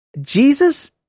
Jesus